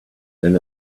then